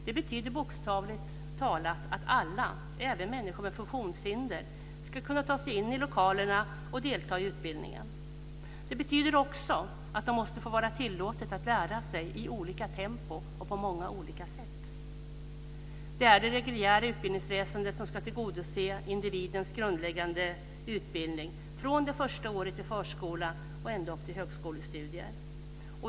Det betyder bokstavligt talat att alla, även människor med funktionshinder, ska kunna ta sig in i lokalerna och delta i utbildningen. Det betyder också att det måste få vara tillåtet att lära sig i olika tempon och på många olika sätt. Det är det reguljära utbildningsväsendet som ska tillgodose individens grundläggande utbildning från det första året i förskola och ända upp till högskolestudier.